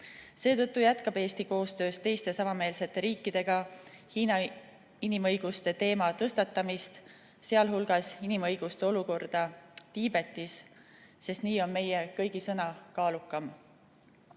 Seetõttu jätkab Eesti koostöös teiste samameelsete riikidega Hiina inimõiguste teema tõstatamist, sh inimõiguste olukord Tiibetis, sest nii on meie kõigi sõna kaalukam. Samuti